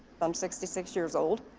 i'm sixty six years old,